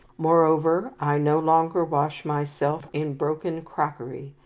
moreover, i no longer wash myself in broken crockery,